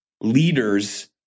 leaders